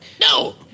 No